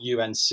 UNC